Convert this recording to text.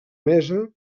mesa